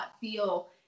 feel